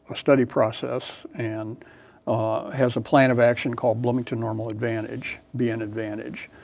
study process and has a plan of action called bloomington-normal advantage, being an advantage.